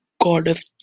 goddess